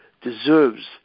deserves